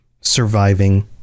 surviving